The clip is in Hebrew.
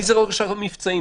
מי ראש המבצעים?